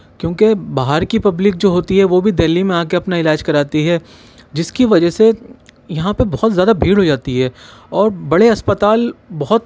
کیونکہ باہر کی پبلک جو ہوتی ہے وہ بھی دہلی میں آ کے اپنا علاج کراتی ہے جس کی وجہ سے یہاں پہ بہت زیادہ بھیڑ ہو جاتی ہے اور بڑے اسپتال بہت